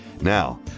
Now